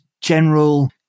general